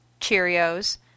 Cheerios